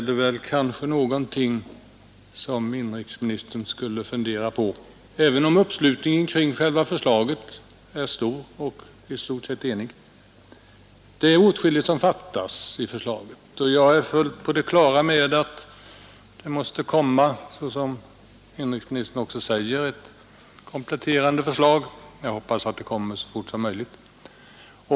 Det borde kanske ge inrikesministern en tankeställare, även om uppslutningen kring själva förslaget är stor och i stort sett fullständig. Det är åtskilligt som fattas i förslaget, och jag är fullt på det klara med att det måste — som inrikesministern också säger komma ett kompletterande förslag. Jag hoppas att det kommer så fort som möjligt.